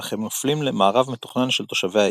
אך הם נופלים למארב מתוכנן של תושבי העיר.